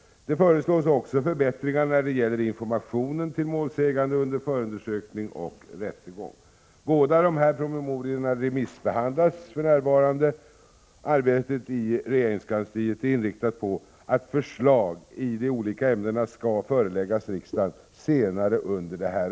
Det föreslås också förbättringar när det gäller informationen till målsägande under förundersökning och rättegång. Båda promemoriorna remissbehandlas för närvarande. Arbetet i regeringskansliet är inriktat på att förslag i de olika ämnena skall föreläggas riksdagen senare under detta år.